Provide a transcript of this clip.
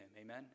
Amen